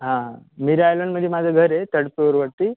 हां मीरा आयलंडमध्ये माझं घर आहे तर्ड प्लोरवरती